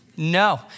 No